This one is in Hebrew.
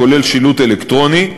כולל שילוט אלקטרוני.